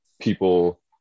people